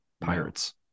pirates